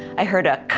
i heard a